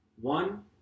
One